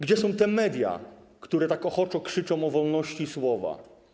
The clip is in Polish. Gdzie są te media, które tak ochoczo krzyczą o wolności słowa?